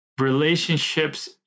relationships